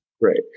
Right